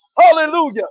hallelujah